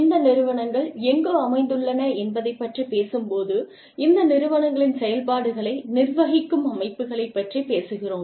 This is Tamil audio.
இந்த நிறுவனங்கள் எங்கு அமைந்துள்ளன என்பதைப் பற்றிப் பேசும்போது இந்த நிறுவனங்களின் செயல்பாடுகளை நிர்வகிக்கும் அமைப்புகளை பற்றிப் பேசுகிறோம்